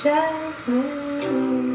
Jasmine